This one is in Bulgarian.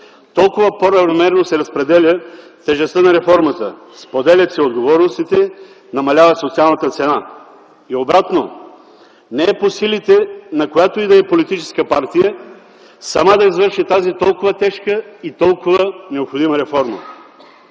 толкова по-равномерно се разпределя тежестта на реформата, споделят се отговорностите, намалява социалната цена. И обратно – не е по силите на която и да е политическа партия сама да извърши тази толкова тежка и толкова необходима реформа.